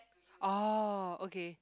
oh okay